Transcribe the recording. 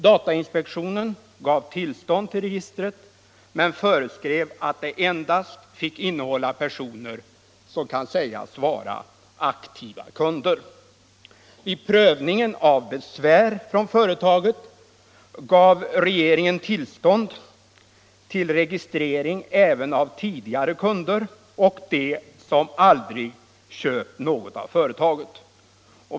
Datainspektionen gav tillstånd till registret men föreskrev att det endast fick innehålla personer som kunde sägas vara aktiva kunder. Vid prövningen av besvär från företaget gav regeringen tillstånd till registrering även av tidigare kunder och dem som aldrig köpt något av företaget.